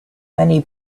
many